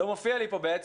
לא מופיע לי פה בעצם,